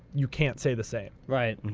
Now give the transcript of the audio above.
you can't say the same. right.